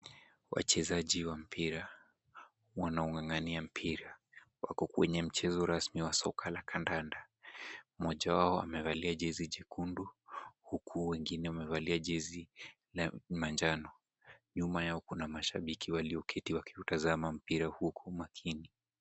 Wachezaji wa mpira wanaung'ang'ania mpira. Wako kwenye mchezo rasmi wa soka la kandanda. Mmoja wao amevalia jezi jekundu huku wengine wamevalia jezi la manjano. Nyuma yao kuna mashabiki walioketi wakiutazama mpira huu kwa umakini.